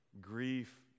grief